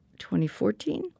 2014